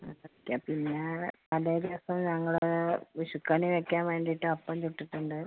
അതൊക്കെ പിന്നെ അതായത് ഇപ്പം ഞങ്ങൾ വിഷുക്കണി വയ്ക്കാൻ വേണ്ടിയിട്ട് അപ്പം ചുട്ടിട്ടുണ്ട്